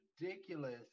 ridiculous